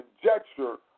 conjecture